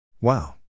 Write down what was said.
Wow